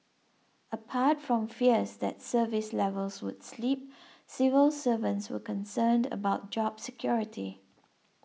apart from fears that service levels would slip civil servants were concerned about job security